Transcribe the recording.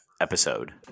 Episode